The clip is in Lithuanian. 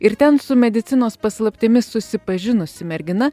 ir ten su medicinos paslaptimis susipažinusi mergina